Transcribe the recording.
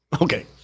Okay